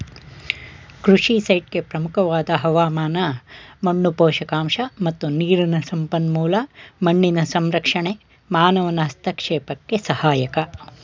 ಕೃಷಿ ಸೈಟ್ಗೆ ಪ್ರಮುಖವಾದ ಹವಾಮಾನ ಮಣ್ಣು ಪೋಷಕಾಂಶ ಮತ್ತು ನೀರಿನ ಸಂಪನ್ಮೂಲ ಮಣ್ಣಿನ ಸಂರಕ್ಷಣೆ ಮಾನವನ ಹಸ್ತಕ್ಷೇಪಕ್ಕೆ ಸಹಾಯಕ